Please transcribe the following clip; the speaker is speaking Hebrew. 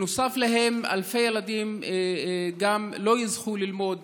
נוסף עליהם, אלפי ילדים גם לא יזכו ללמוד